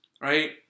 Right